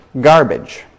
garbage